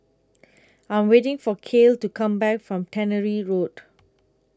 I'm waiting For Kale to Come Back from Tannery Road